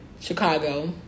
Chicago